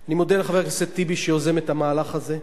אני מודה לחבר הכנסת טיבי שיוזם את המהלך הזה.